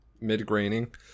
mid-graining